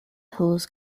halls